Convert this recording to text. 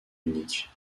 unique